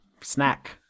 Snack